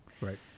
right